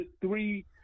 three